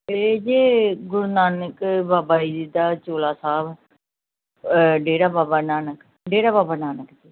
ਇਹ ਜੇ ਗੁਰੂ ਨਾਨਕ ਬਾਬਾ ਜੀ ਦਾ ਚੋਲਾ ਸਾਹਿਬ ਡੇਰਾ ਬਾਬਾ ਨਾਨਕ ਡੇਰਾ ਬਾਬਾ ਨਾਨਕ ਜੀ